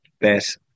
best